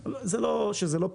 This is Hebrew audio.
זה לא פתרון.